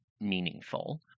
meaningful